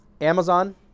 Amazon